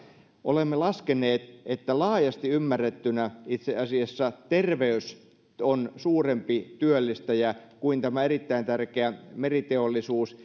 olemme laskeneet että laajasti ymmärrettynä itse asiassa terveys on suurempi työllistäjä kuin tämä erittäin tärkeä meriteollisuus